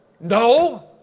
no